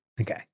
Okay